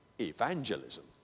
evangelism